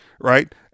right